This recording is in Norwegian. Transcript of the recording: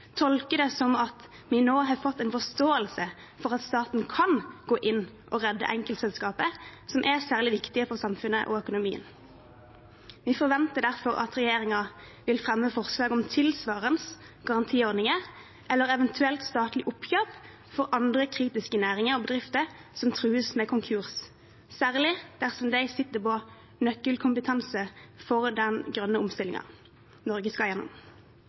tolke det som at vi nå har fått en forståelse for at staten kan gå inn og redde enkeltselskaper som er særlig viktige for samfunnet og økonomien. Vi forventer derfor at regjeringen vil fremme forslag om tilsvarende garantiordninger, eller eventuelt statlig oppkjøp, for andre kritiske næringer og bedrifter som trues av konkurs, særlig dersom de sitter på nøkkelkompetanse for den grønne omstillingen Norge skal gjennom.